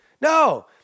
No